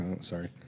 sorry